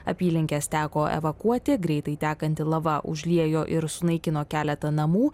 apylinkes teko evakuoti greitai tekanti lava užliejo ir sunaikino keletą namų